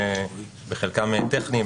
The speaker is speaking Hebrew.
היא מנהלת,